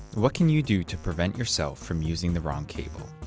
what can you do to prevent yourself from using the wrong cable?